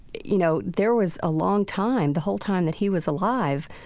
you know, there was a long time, the whole time that he was alive,